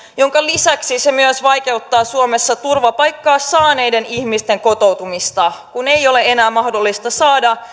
minkä lisäksi se myös vaikeuttaa suomessa turvapaikan saaneiden ihmisten kotoutumista kun ei ole enää mahdollista saada